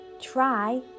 try